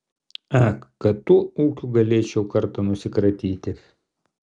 ak kad tuo ūkiu galėčiau kartą nusikratyti